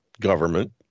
government